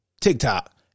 TikTok